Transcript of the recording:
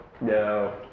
no